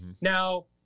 Now